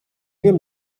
wiem